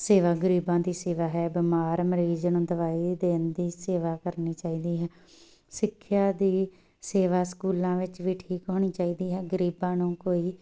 ਸੇਵਾ ਗਰੀਬਾਂ ਦੀ ਸੇਵਾ ਹੈ ਬਿਮਾਰ ਮਰੀਜ਼ ਨੂੰ ਦਵਾਈ ਦੇਣ ਦੀ ਸੇਵਾ ਕਰਨੀ ਚਾਹੀਦੀ ਹੈ ਸਿੱਖਿਆ ਦੀ ਸੇਵਾ ਸਕੂਲਾਂ ਵਿੱਚ ਵੀ ਠੀਕ ਹੋਣੀ ਚਾਹੀਦੀ ਹੈ ਗਰੀਬਾਂ ਨੂੰ ਕੋਈ